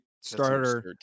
starter